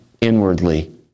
Inwardly